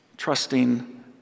trusting